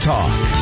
Talk